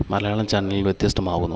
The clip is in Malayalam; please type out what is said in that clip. മലയാളം ചാനൽ വ്യത്യസ്തമാവുന്നു